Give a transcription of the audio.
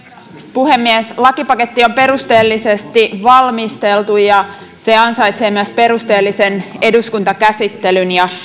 puhemies lakipaketti on perusteellisesti valmisteltu ja se ansaitsee myös perusteellisen eduskuntakäsittelyn ja